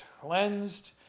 cleansed